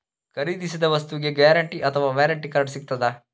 ಖರೀದಿಸಿದ ವಸ್ತುಗೆ ಗ್ಯಾರಂಟಿ ಅಥವಾ ವ್ಯಾರಂಟಿ ಕಾರ್ಡ್ ಸಿಕ್ತಾದ?